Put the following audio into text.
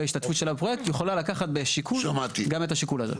השתתפות שלה בפרויקט יכולה לקחת בשיקול גם את השיקול הזה.